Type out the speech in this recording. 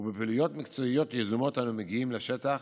ובפעילויות מקצועיות יזומות אנו מגיעים לשטח